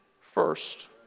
first